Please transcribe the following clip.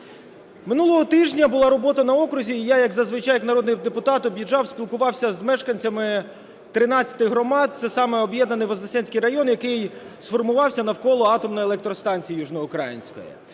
Минулого тижня була робота на окрузі, і я, як зазвичай, як народний депутат об'їжджав, спілкувався з мешканцями 13 громад, це саме об'єднаний Вознесенський район, який сформувався навколо атомної електростанції Южно-Української.